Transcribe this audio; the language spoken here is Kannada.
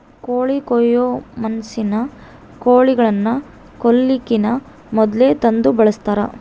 ಕೋಳಿ ಕೊಯ್ಯೊ ಮಷಿನ್ನ ಕೋಳಿಗಳನ್ನ ಕೊಲ್ಲಕಿನ ಮೊದ್ಲೇ ತಂದು ಬಳಸ್ತಾರ